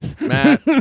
Matt